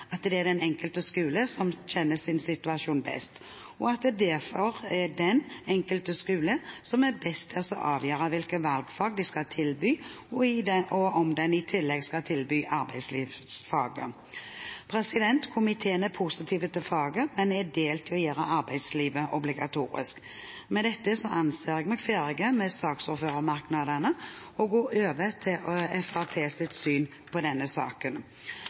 som kjenner sin situasjon best, og at det derfor er den enkelte skole som er best til å avgjøre hvilke valgfag de skal tilby, og om den i tillegg skal tilby arbeidslivsfaget. Komiteen er positiv til faget, men er delt når det gjelder å gjøre arbeidslivsfaget obligatorisk. Med dette anser jeg meg som ferdig med saksordførermerknadene og går over til Fremskrittspartiets syn på denne saken.